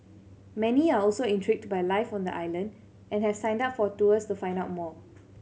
many are also intrigued by life on the island and have signed up for tours to find out more